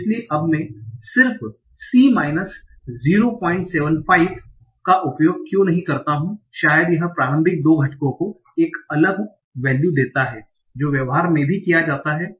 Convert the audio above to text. इसलिए अब मैं सिर्फ c माइनस 075 का उपयोग क्यों नहीं करता हूं शायद यह प्रारंभिक दो घटकों को एक अलग मूल्य देता है जो व्यवहार में भी किया जाता है